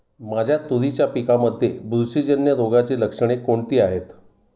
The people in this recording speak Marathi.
माझ्या तुरीच्या पिकामध्ये बुरशीजन्य रोगाची लक्षणे कोणती आहेत?